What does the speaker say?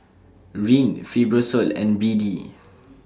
Rene Fibrosol and B D